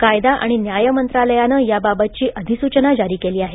कायदा आणि न्याय मंत्रालयानं याबाबतची अधिसूचना जारी केली आहे